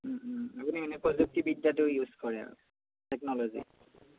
আপুনি মানে প্ৰযুক্তিবিদ্যাটো ইউজ কৰে আৰু টেকন'ল'জি